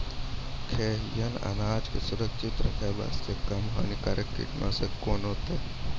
खैहियन अनाज के सुरक्षित रखे बास्ते, कम हानिकर कीटनासक कोंन होइतै?